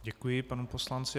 Děkuji panu poslanci.